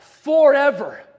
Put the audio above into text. forever